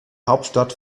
hauptstadt